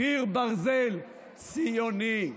קיר ברזל ציוני.